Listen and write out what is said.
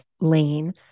lane